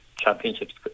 Championships